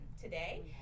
today